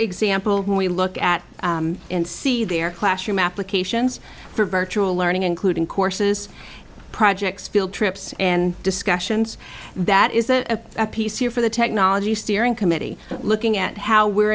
example when we look at and see their classroom applications for virtual learning including courses projects field trips and discussions that is a piece here for the technology steering committee looking at how we're